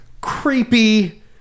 creepy